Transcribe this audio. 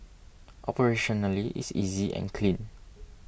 operationally it's easy and clean